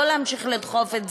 לא להמשיך לדחות את זה.